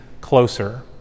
closer